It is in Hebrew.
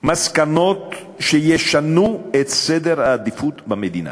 מסקנות שישנו את סדר העדיפות במדינה